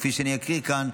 כפי שאני אקריא כאן,